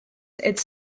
its